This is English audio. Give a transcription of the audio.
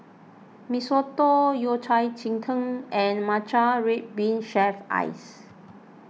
Mee Soto Yao Cai Ji Tang and Matcha Red Bean Shaved Ice